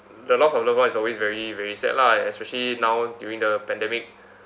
the loss of loved one is always very very sad lah especially now during the pandemic